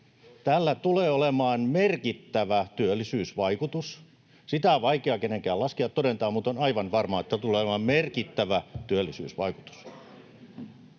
Tällä tulee olemaan merkittävä työllisyysvaikutus. Sitä on vaikea kenenkään laskea ja todentaa, mutta on aivan varmaa, että tulee olemaan merkittävä työllisyysvaikutus.